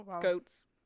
goats